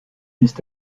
ist